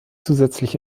zusätzlich